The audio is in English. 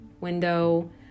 window